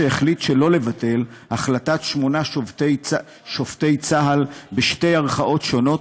שהחליט שלא לבטל החלטת שמונה שופטי צה"ל בשתי ערכאות שונות,